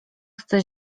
chce